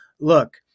look